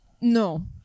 No